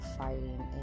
fighting